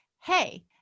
hey